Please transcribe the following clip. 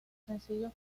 sencillos